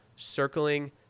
Circling